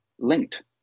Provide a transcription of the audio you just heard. linked